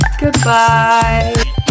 goodbye